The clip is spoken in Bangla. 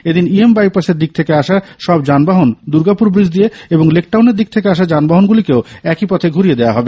এদিন ইএম বাইপাসের দিক থেকে আসা সব যানবাহন দুর্গাপুর ব্রিজ দিয়ে এবং লেকটাউনের দিক থেকে আসা যানবাহনগুলিকেও একই পথে ঘুরিয়ে দেওয়া হবে